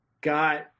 got